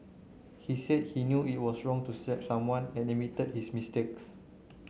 he said he knew it was wrong to slap someone and admitted his mistakes